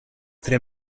tre